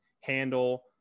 handle